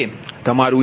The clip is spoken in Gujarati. તમારું ઈંજેક્શન 0